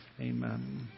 Amen